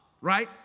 right